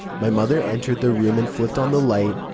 my mother entered the room and flipped on the light,